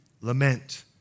Lament